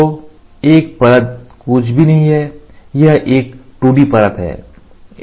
तो एक परत कुछ भी नहीं है यह एक 2D परत है